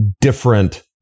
different